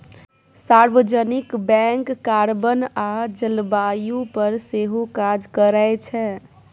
सार्वजनिक bank carbon आ जलबायु पर सेहो काज करै छै